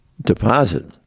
deposit